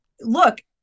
look